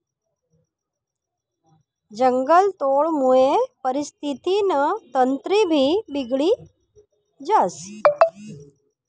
जंगलतोडमुये परिस्थितीनं तंत्रभी बिगडी जास